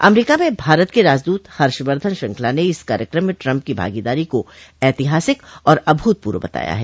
अमरीका में भारत के राजदूत हर्षवर्धन श्रृंखला ने इस कार्यक्रम में ट्रम्प की भागीदारी को ऐतिहासिक और अभूतपूर्व बताया है